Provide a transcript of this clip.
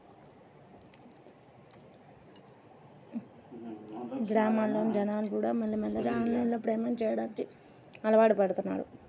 గ్రామాల్లోని జనాలుకూడా మెల్లమెల్లగా ఆన్లైన్ పేమెంట్ చెయ్యడానికి అలవాటుపడుతన్నారు